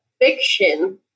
fiction